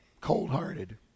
cold-hearted